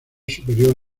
superior